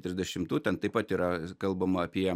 trisdešimtų ten taip pat yra kalbama apie